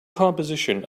composition